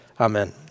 Amen